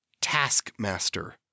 Taskmaster